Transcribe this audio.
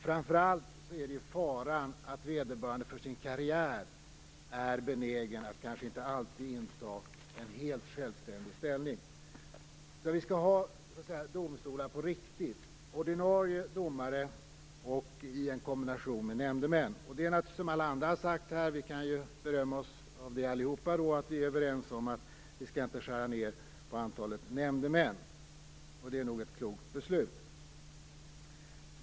Framför allt finns faran att vederbörande för sin karriär är benägen att kanske inte alltid inta en helt självständig ställning. Vi skall alltså ha domstolar på riktigt så att säga - Som alla andra här har sagt är vi, och det kan vi alla berömma oss av, överens om att inte skära ned på antalet nämndemän. Det är nog ett klokt beslut.